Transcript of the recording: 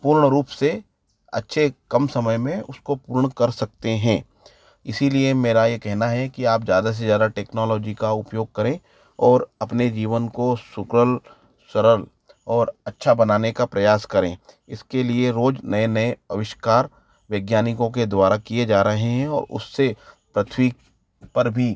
पूर्ण रूप से अच्छे कम समय में उसको पूर्ण कर सकते हैं इसलिए मेरा यह कहना है कि आप ज़्यादा से ज़्यादा टेक्नोलॉजी का उपयोग करें और अपने जीवन को सुकल सरल और अच्छा बनाने का प्रयास करें इसके लिए रोज़ नए नए अविष्कार वैज्ञानिकों के द्वारा किए जा रहे हैं और उससे पृथ्वी पर भी